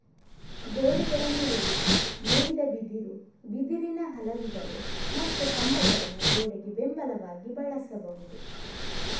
ಗೋಡೆಗಳನ್ನು ಒಡೆದು ನೇಯ್ದ ಬಿದಿರು, ಬಿದಿರಿನ ಹಲಗೆಗಳು ಮತ್ತು ಕಂಬಗಳನ್ನು ಗೋಡೆಗೆ ಬೆಂಬಲವಾಗಿ ಬಳಸಬಹುದು